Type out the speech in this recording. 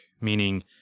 meaning